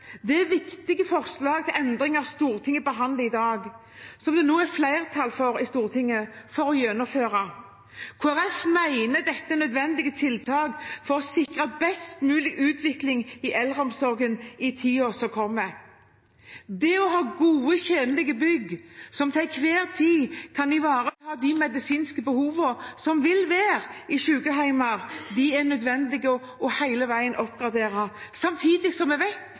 Det er viktige forslag til endringer Stortinget behandler i dag, og som det nå er flertall i Stortinget for å gjennomføre. Kristelig Folkeparti mener dette er nødvendige tiltak for å sikre best mulig utvikling i eldreomsorgen i tiden som kommer. For å ha gode, tjenlige bygg som til enhver tid kan ivareta de medisinske behovene som vil være i sykehjem, er det hele veien nødvendig å oppgradere. Samtidig vet vi